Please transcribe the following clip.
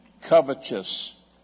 covetous